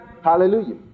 Hallelujah